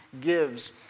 gives